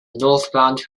northbound